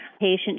patient